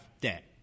debt